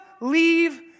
leave